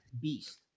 beast